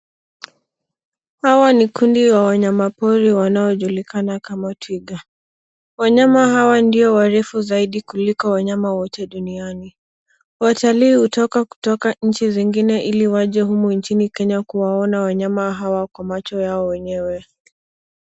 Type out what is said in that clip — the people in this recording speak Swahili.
Hawa ni kundi wa wanyamapori wanaojulikana kama twiga. Wanyama hawa ndio warefu zaidi kuliko wanyama wote duniani. Watalii hutoka kutoka nchi zingine ili waje humu nchini Kenya kuwaona wanyama hawa kwa macho yao wenyewe.